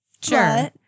Sure